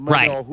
Right